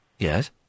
Yes